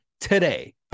today